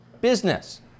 ...business